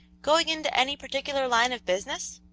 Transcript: going into any particular line of business?